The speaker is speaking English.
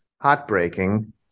heartbreaking